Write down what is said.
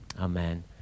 Amen